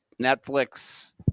Netflix